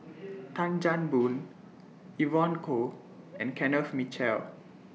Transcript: Tan Chan Boon Evon Kow and Kenneth Mitchell